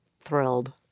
thrilled